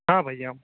हाँ भैया